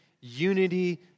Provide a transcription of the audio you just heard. unity